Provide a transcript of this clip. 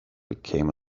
became